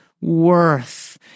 worth